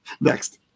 Next